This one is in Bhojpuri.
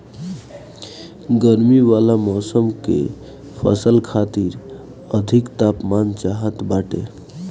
गरमी वाला मौसम के फसल खातिर अधिक तापमान चाहत बाटे